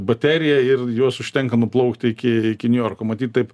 baterija ir jos užtenka nuplaukti iki iki niujorko matyt taip